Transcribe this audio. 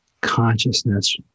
consciousness